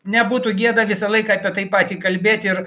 nebūtų gėda visą laiką apie tai patį kalbėti ir